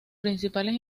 principales